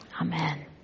Amen